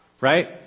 right